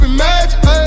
magic